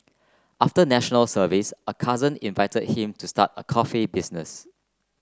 after National Service a cousin invited him to start a coffee business